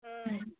হয়